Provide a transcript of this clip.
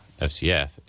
FCF